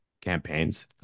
campaigns